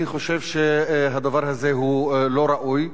אני חושב שהדבר הזה לא ראוי.